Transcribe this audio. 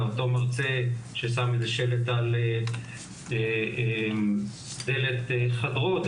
אותו מרצה ששם איזה שלט על דלת חדרו,